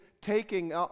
taking